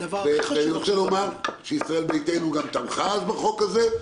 אני רוצה לומר שישראל ביתנו גם תמכה אז בחוק הזה.